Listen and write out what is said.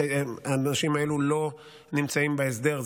האנשים האלו לא נמצאים בהסדר.